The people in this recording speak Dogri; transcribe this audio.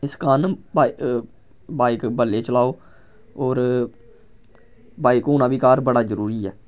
इस कारण बाइ बाइक बल्लें चलाओ होर बाइक होना बी घर बड़ा जरूरी ऐ